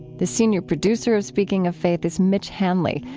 the senior producer of speaking of faith is mitch hanley,